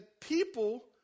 people